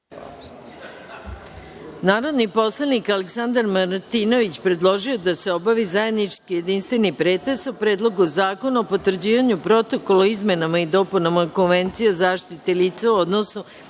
predlog. Narodni poslanik Aleksandar Martinović predložio je da se obavi zajednički jedinstveni pretres o Predlogu zakona o potvrđivanju protokola o izmenama i dopunama Konvencije zaštite lica u odnosu